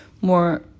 more